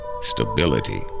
Stability